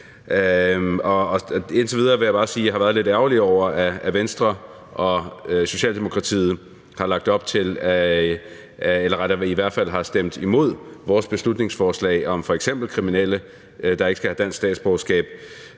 indtil videre har været lidt ærgerlig over, at Venstre og Socialdemokratiet har stemt imod vores beslutningsforslag om f.eks. kriminelle, der ikke skal have dansk statsborgerskab.